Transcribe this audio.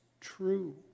true